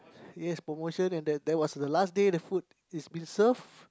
yes promotion and that that was the last day the food is been served